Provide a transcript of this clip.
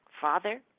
Father